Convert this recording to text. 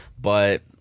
But-